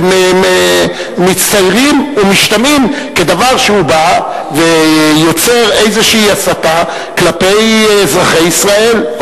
מצטיירות ומשתמעות כדבר שהוא בא ויוצר איזו הסתה כלפי אזרחי ישראל,